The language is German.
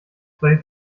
solches